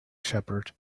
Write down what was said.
shepherd